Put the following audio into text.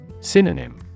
Synonym